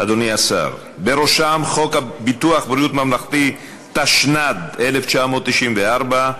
אדוני השר, חוק ביטוח בריאות ממלכתי, התשנ"ד 1994,